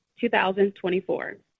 2024